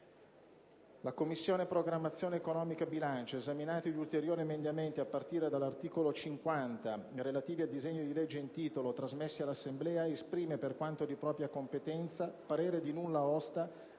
«La Commissione programmazione economica, bilancio, esaminati gli ulteriori emendamenti a partire dall'articolo 50, relativi al disegno di legge in titolo, trasmessi dall'Assemblea, esprime, per quanto di propria competenza, parere di nulla osta,